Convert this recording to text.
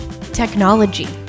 technology